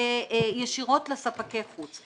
לספקי חוץ.